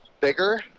bigger